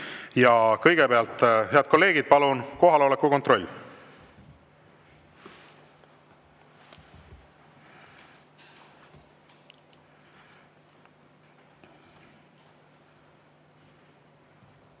Kõigepealt, head kolleegid, palun kohaloleku kontroll!